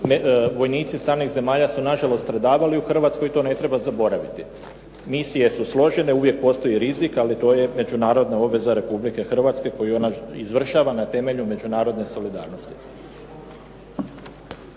Vojnici stranih zemalja su nažalost stradavali u Hrvatskoj, to ne treba zaboraviti. Misije su složene, uvijek postoji rizik, ali to je međunarodna obveza Republike Hrvatske koju ona izvršava na temelju međunarodne solidarnosti.